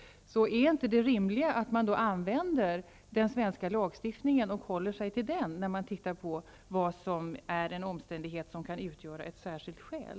Är det inte rimligt att man håller sig till den svenska lagstiftningen när man studerar vilka omständigheter som kan utgöra ett särskilt skäl?